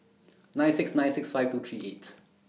nine six nine six five two three eight